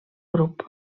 grup